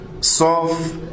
Soft